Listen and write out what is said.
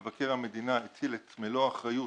מבקר המדינה הטיל את מלוא האחריות